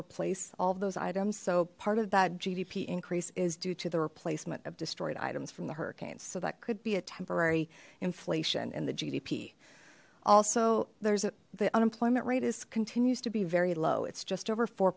replace all of those items so part of that gdp increase is due to the replacement of destroyed items from the hurricanes so that could be a temporary inflation in the gdp also there's a the unemployment rate is continues to be very low it's just over four